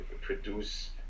produce